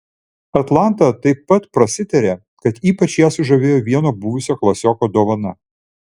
atlanta taip pat prasitarė kad ypač ją sužavėjo vieno buvusio klasioko dovana